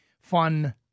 fun